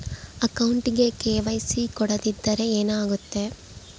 ಅಕೌಂಟಗೆ ಕೆ.ವೈ.ಸಿ ಕೊಡದಿದ್ದರೆ ಏನಾಗುತ್ತೆ?